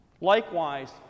Likewise